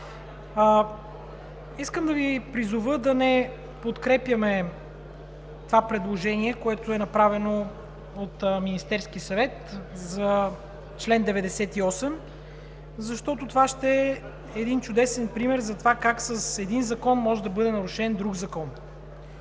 Искам да Ви призова да не подкрепяме това предложение, което е направено от Министерския съвет за чл. 98, защото това ще е един чудесен пример за това как с един закон може да бъде нарушен друг закон.